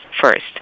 first